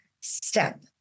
step